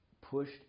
pushed